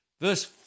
verse